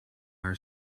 our